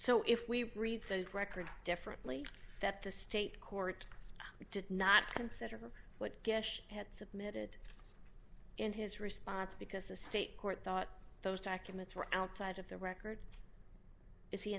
so if we read the record differently that the state court did not consider what had submitted in his response because the state court thought those documents were outside of the record is he